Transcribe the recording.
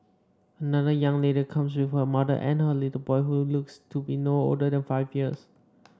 another young lady comes with her mother and a little boy who looks to be no older than five years